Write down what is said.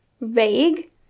vague